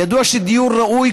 ידוע שדיור ראוי,